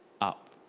up